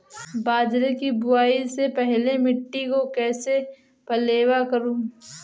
बाजरे की बुआई से पहले मिट्टी को कैसे पलेवा करूं?